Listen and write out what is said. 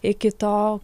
iki to